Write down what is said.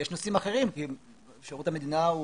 יש נושאים אחרים - כי שירות המדינה הוא